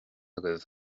agaibh